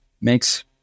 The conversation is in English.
makes